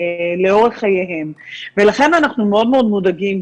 לאורך חייהם ולכן אנחנו מאוד מאוד מודאגים.